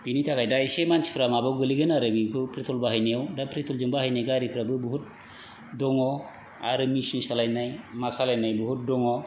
बिनि थाखाय दा एसे मानसिफ्रा माबायाव गोग्लैगोन आरो बेफ्राव पेट्रल बाहायनायाव दा पेट्रलजों बाहायनाय गारिफ्राबो बहुत दङ आरो मिशिन सालायनाय मा सालायनाय बहुत दङ'